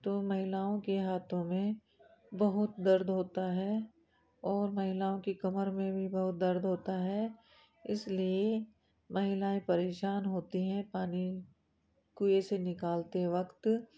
तो महिलाओं के हाथों में बहुत दर्द होता है और महिलाओं की कमर में भी बहुत दर्द होता है इसलिए महिलाएँ परेशान होती है पानी कुएँ से निकालते वक्त